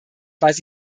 weiß